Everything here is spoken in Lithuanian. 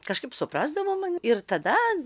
kažkaip suprasdavo mane ir tada